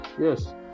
Yes